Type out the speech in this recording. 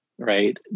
right